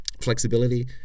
flexibility